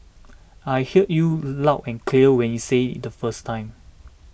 I heard you loud and clear when you said it the first time